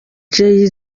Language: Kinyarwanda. jay